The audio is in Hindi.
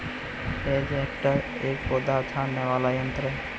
हैज कटर एक पौधा छाँटने वाला यन्त्र है